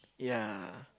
yeah